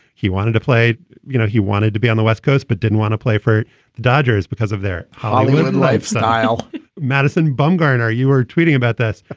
he wanted to play you know, he wanted to be on the west coast, but didn't want to play for the dodgers because of their hollywood lifestyle madison bumgarner, you were tweeting about that.